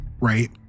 right